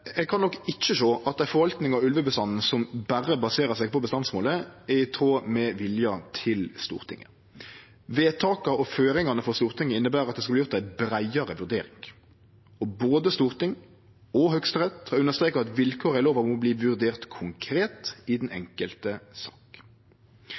Eg kan nok ikkje sjå at ei forvalting av ulvebestanden som berre baserer seg på bestandsmålet, er i tråd med viljen til Stortinget. Vedtaka og føringane frå Stortinget inneber at det skal verte gjort ei breiare vurdering, og både Stortinget og Høgsterett har understreka at vilkåra i lova må verte vurderte konkret i den